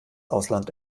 ausland